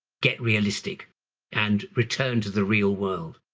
get realistic and return to the real world.